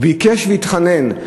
ביקש והתחנן.